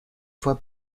voix